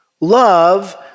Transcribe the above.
Love